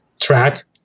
track